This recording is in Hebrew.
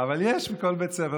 אבל יש בכל בית ספר.